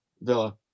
Villa